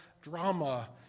drama